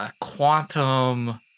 quantum